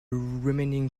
remaining